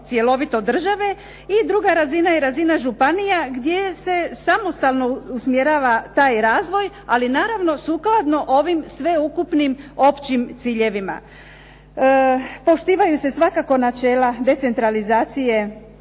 cjelovito države i druga razina je razina županija gdje se samostalno usmjerava taj razvoj ali naravno sukladno ovim sveukupnim općim ciljevima. Poštivaju se svakako načela decentralizacije